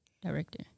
director